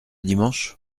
dimanche